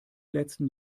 letzten